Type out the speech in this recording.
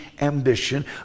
ambition